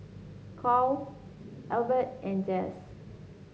Kwame Albert and Jess